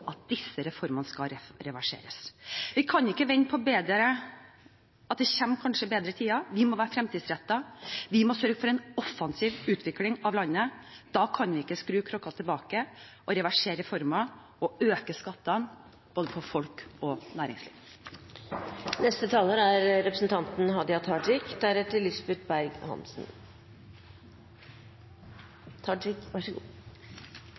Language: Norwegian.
at disse reformene skal reverseres. Vi kan ikke vente på at det kanskje kommer bedre tider. Vi må være fremtidsrettede, vi må sørge for en offensiv utvikling av landet. Da kan vi ikke skru klokken tilbake og reversere reformer og øke skattene for både folk og næringsliv. Denne debatten nærmar seg slutten, og då er